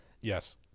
Yes